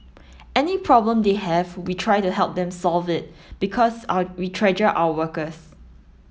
any problem they have we try to help them to solve it because we treasure our workers